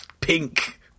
Pink